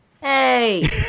Hey